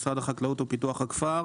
משרד החקלאות ופיתוח הכפר.